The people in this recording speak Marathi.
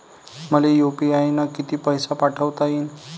मले यू.पी.आय न किती पैसा पाठवता येईन?